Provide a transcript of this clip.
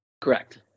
Correct